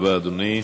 תודה רבה, אדוני.